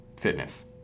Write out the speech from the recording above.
fitness